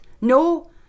No